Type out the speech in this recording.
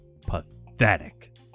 Pathetic